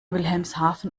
wilhelmshaven